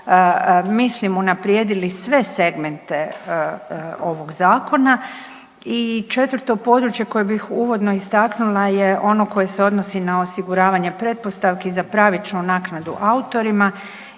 mislim, unaprijedili sve segmente ovog Zakona i 4. područje koje bih uvodno istaknula je ono koje se odnosi na osiguravanje pretpostavki za pravičnu naknadu autorima